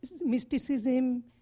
mysticism